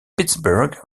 pittsburgh